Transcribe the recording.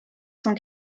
sans